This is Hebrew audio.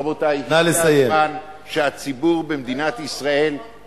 רבותי, הגיע הזמן שהציבור במדינת ישראל, נא לסיים.